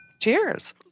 Cheers